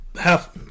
half